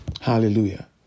Hallelujah